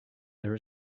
there